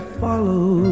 follow